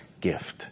gift